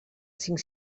cinc